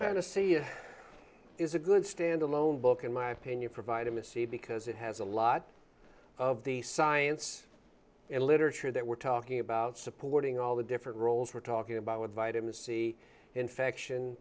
fantasy it is a good standalone book in my opinion providing missy because it has a lot of the science and literature that we're talking about supporting all the different roles we're talking about with vitamin c infection